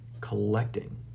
collecting